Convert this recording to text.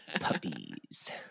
puppies